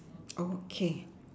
okay